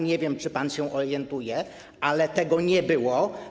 Nie wiem, czy pan się orientuje, ale jej nie było.